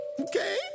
okay